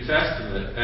Testament